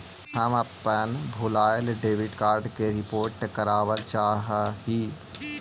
हम अपन भूलायल डेबिट कार्ड के रिपोर्ट करावल चाह ही